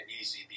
easy